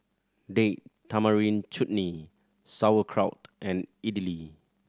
Date Tamarind Chutney Sauerkraut and Idili